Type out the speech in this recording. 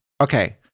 Okay